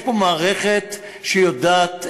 יש פה מערכת שיודעת,